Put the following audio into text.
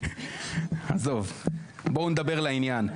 עזוב, בואו נדבר לעניין.